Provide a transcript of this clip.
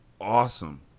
awesome